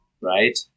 right